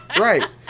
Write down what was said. Right